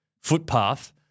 footpath